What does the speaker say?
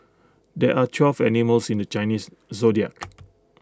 there are twelve animals in the Chinese Zodiac